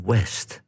West